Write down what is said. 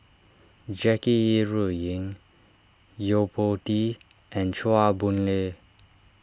Jackie Yi Ru Ying Yo Po Tee and Chua Boon Lay